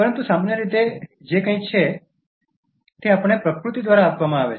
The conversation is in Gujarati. પરંતુ સામાન્ય રીતે જે કંઈક છે તે આપણને પ્રકૃતિ દ્વારા આપવામાં આવે છે